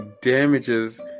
damages